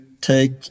take